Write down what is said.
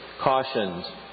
cautioned